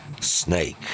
snake